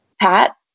Pat